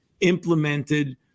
implemented